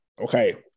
Okay